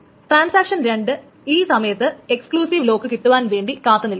transaction 2 ഈ സമയത്ത് exclusive lock കിട്ടുവാൻ വേണ്ടി കാത്തു നിൽക്കും